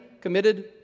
committed